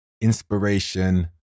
Inspiration